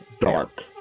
Dark